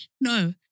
No